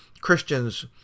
Christians